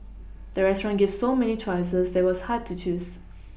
the restaurant gave so many choices that was hard to choose